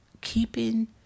Keeping